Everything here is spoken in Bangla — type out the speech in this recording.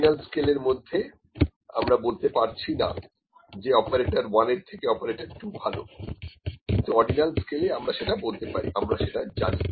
নমিনাল স্কেলের মধ্যে আমরা বলতে পারছি না যে অপারেটর 1 এর থেকে অপারেটর 2 ভালো কিন্তু অর্ডিনাল স্কেলে আমরা সেটা বলতে পারিআমরা সেটা জানি